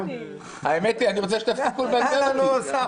אני רוצה שתפסיקו לבלבל אותי.